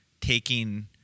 taking